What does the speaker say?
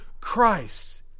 Christ